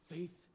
Faith